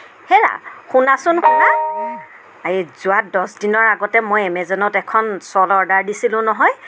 হেৰা শুনাচোন শুনা এই যোৱা দহ দিনৰ আগতেই মই এমেজনত এখন শ্বল অৰ্ডাৰ দিছিলোঁ নহয়